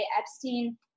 Epstein